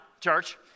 church